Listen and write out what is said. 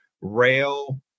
rail